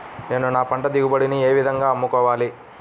నేను నా పంట దిగుబడిని ఏ విధంగా అమ్ముకోవాలి?